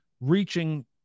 reaching